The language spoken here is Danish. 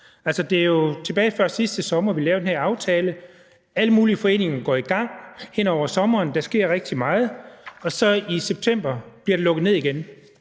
Det var jo tilbage før sidste sommer, vi lavede den her aftale. Alle mulige foreninger går i gang hen over sommeren, og der sker rigtig meget, og så bliver der lukket ned igen